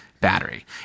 battery